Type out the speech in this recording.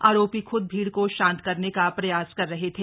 आरोपी ख्द भीड को शांत करने का प्रयास कर रहे थे